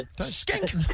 Skink